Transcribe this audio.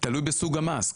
תלוי בסוג המס,